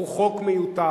הוא חוק מיותר.